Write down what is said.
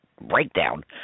breakdown